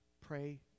pray